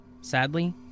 Sadly